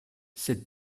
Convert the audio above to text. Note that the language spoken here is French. c’est